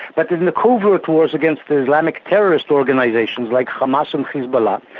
but but in the covert wars against the islamic terrorist organisations like hamas and hezbollah,